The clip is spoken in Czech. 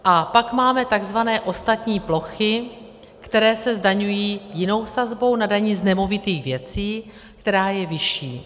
A pak máme takzvané ostatní plochy, které se zdaňují jinou sazbou na dani z nemovitých věcí, která je vyšší.